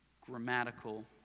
grammatical